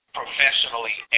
professionally